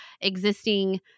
existing